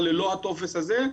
אבל ללא הטופס הזה,